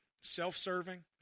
self-serving